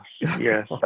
yes